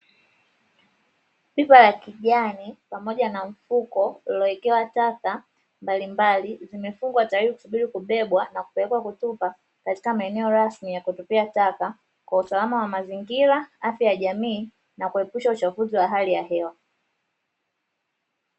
Pipa la kijani pamoja na mfuko uliowekewa taka mbalimbali, umefungwa tayari ukisubiri kubebwa kupelekwa kutupwa katika maeneo rasmi ya kutupia taka kwa usalama wa mazingira afya ya jamii na kuepusha uchafuzi wa hali ya hewa.